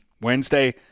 Wednesday